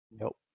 Nope